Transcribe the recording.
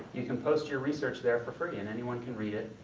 you can post your research there for free, and anyone can read it.